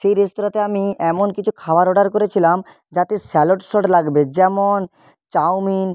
সেই রেস্তোরাঁতে আমি এমন কিছু খাওয়ার অর্ডার করেছিলাম যাতে স্যালাড শট লাগবে যেমন চাউমিন